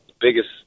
biggest